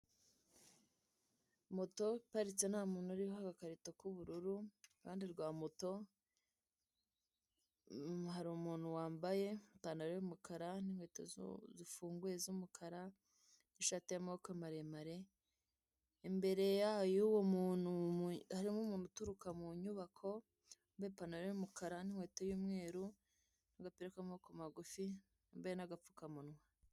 Moto iparitse ntamuntu uriho, agakarito k'ubururu iruhande rwa moto. Hari umuntu wambaye ipantaro y'umukara n'inkweto zifunguye z'umukara, ishati y'amaboko maremare. Imbere y'uwo muntu hari n'umuntu uturuka mu nyubako, yambaye ipantaro y'umukara n' inkweto y'umweru, agapira k'amaboko magufi, yambaye n'agapfukamunwa.